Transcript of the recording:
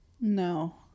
No